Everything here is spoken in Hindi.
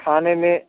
खाने में